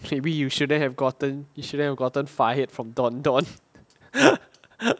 maybe you shouldn't have gotten shouldn't have gotten fired from Don Don